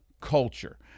culture